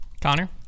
Connor